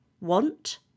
want